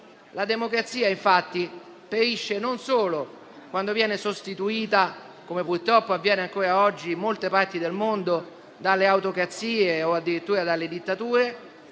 La democrazia, infatti, perisce non solo quando viene sostituita, come, purtroppo, avviene ancora oggi in molte parti del mondo, dalle autocrazie o addirittura dalle dittature,